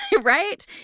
right